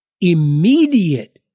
immediate